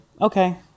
okay